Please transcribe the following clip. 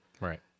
Right